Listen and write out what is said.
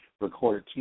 recorded